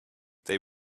they